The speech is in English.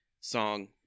song